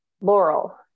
Laurel